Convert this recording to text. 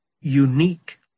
unique